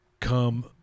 come